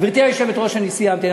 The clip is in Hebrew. גברתי היושבת-ראש, אני סיימתי.